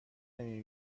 نمی